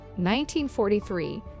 1943